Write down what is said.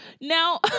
Now